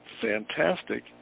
fantastic